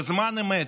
בזמן אמת,